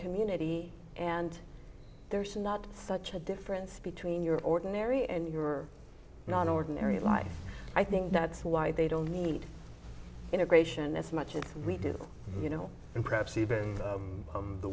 community and there's not such a difference between your ordinary and your non ordinary life i think that's why they don't need integration as much as we do you know and perhaps even